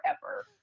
forever